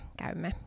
käymme